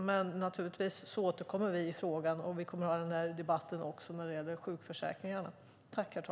Men naturligtvis återkommer vi i frågan, och vi kommer att ha den här debatten också när det gäller sjukförsäkringarna.